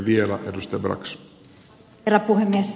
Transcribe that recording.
arvoisa herra puhemies